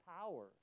power